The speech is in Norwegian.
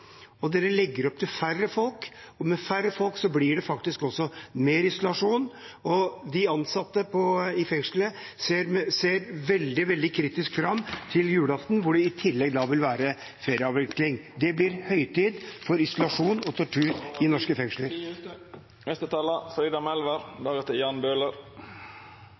legger opp til færre folk, og med færre folk blir det faktisk også mer isolasjon. De ansatte i fengslene er veldig kritiske med tanke på julaften, når det i tillegg vil være ferieavvikling. Det blir høytid for isolasjon og tortur i norske fengsler.